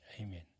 amen